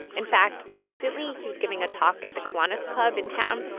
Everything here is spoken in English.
in fact, recently, he was giving a talk at the kiwanis club in town.